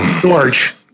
George